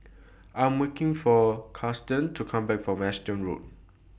I'm waking For Karson to Come Back from Anson Road